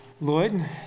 Lloyd